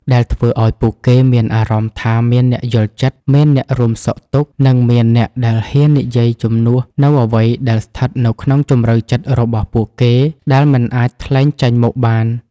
ដែលធ្វើឱ្យពួកគេមានអារម្មណ៍ថាមានអ្នកយល់ចិត្ត មានអ្នករួមសុខទុក្ខ និងមានអ្នកដែលហ៊ាននិយាយជំនួសនូវអ្វីដែលស្ថិតនៅក្នុងជម្រៅចិត្តរបស់ពួកគេដែលមិនអាចថ្លែងចេញមកបាន។